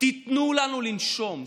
תיתנו לנו לנשום.